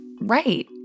Right